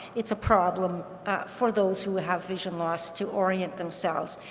it's a problem for those who have vision loss to orient themselves,